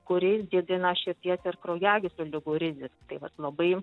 kuris didina širdies ir kraujagyslių ligų riziką tai vat labai